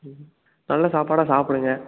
ம் நல்ல சாப்பாடாக சாப்பிடுங்க